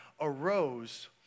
arose